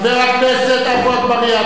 חבר הכנסת עפו אגבאריה,